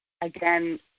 again